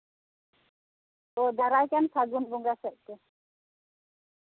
ᱫᱟᱨᱟᱭ ᱠᱟᱱ ᱯᱷᱟᱹᱜᱩᱱ ᱵᱚᱸᱜᱟ ᱥᱮᱫᱛᱮ